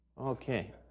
Okay